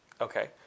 Okay